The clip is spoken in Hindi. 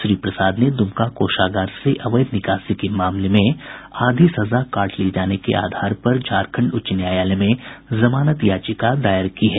श्री प्रसाद ने दुमका कोषागार से अवैध निकासी के मामले में आधी सजा काट लिये जाने के आधार पर झारखंड उच्च न्यायालय में जमानत याचिका दायर की है